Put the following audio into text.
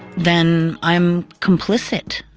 then i'm complicit.